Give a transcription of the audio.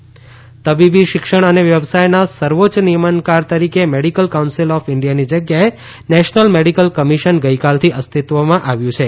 રાષ્ટ્રીય medical commission તબીબી શિક્ષણ અને વ્યવસાયના સર્વોચ્ય નિયમનકાર તરીકે મેડિકલ કાઉન્સિલ ઓફ ઈન્ડિયાની જગ્યાએ નેશનલ મેડિકલ કમિશન ગઇકાલ થી અસ્તિત્વમાં આવ્યું છે